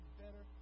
better